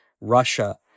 Russia